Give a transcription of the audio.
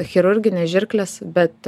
chirurginės žirklės bet